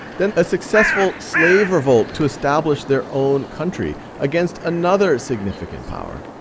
then a successful slave revolt to establish their own country against another significant power.